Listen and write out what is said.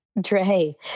Dre